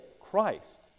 Christ